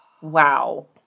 Wow